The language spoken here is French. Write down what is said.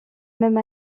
même